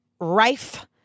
rife